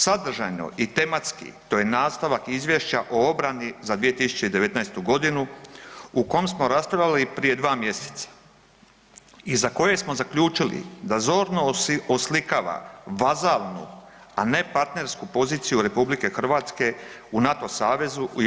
Sadržajno i tematski, to je nastavak Izvješća o obrani za 2019. g. o kom smo raspravljali prije 2 mjeseca i za koje smo zaključili da zorno oslikava vazalnu, a ne partnersku poziciju RH u NATO savezu i u EU.